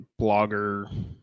blogger